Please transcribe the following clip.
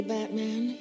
Batman